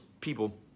people